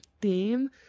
theme